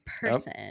person